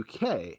uk